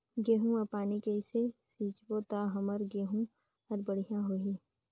गहूं म पानी कइसे सिंचबो ता हमर गहूं हर बढ़िया होही?